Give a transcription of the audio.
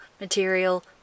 material